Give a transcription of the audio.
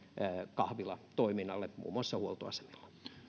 kahvilatoiminnalle muun muassa huoltoasemilla